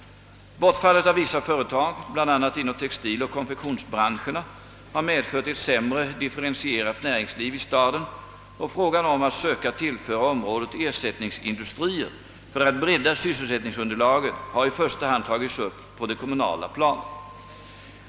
Bortfallet av vissa företag, bl.a. inom textiloch konfektionsbranscherna, har medfört ett sämre differentierat näringsliv i staden och frågan om att söka tillföra området ersättningsindustrier för att bredda sysselsättningsunderlaget har i första hand tagits upp på det kommunala planet.